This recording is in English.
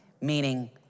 Meaning